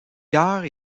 gare